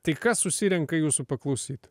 tai kas susirenka jūsų paklausyt